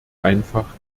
einfach